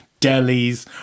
delis